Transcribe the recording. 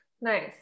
Nice